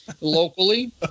Locally